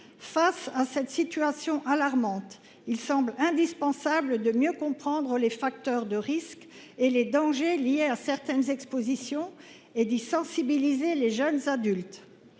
Face à cette situation alarmante, il semble indispensable de mieux comprendre les facteurs de risque et les dangers liés à certaines expositions, et d’y sensibiliser les jeunes adultes.